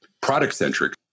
Product-centric